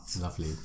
Lovely